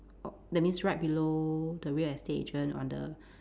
o~ that mean's right below the real estate agent on the